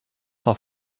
sans